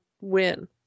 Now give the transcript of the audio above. win